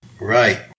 Right